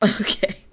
Okay